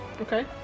Okay